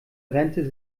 rente